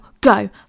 go